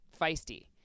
feisty